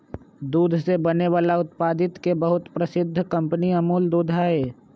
दूध से बने वाला उत्पादित के बहुत प्रसिद्ध कंपनी अमूल दूध हई